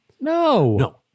No